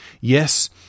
Yes